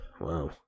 wow